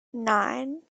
nine